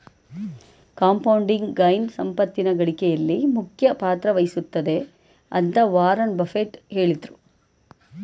compounding gain ಸಂಪತ್ತಿನ ಗಳಿಕೆಯಲ್ಲಿ ಮುಖ್ಯ ಪಾತ್ರ ವಹಿಸುತ್ತೆ ಅಂತ ವಾರನ್ ಬಫೆಟ್ ಹೇಳಿದ್ರು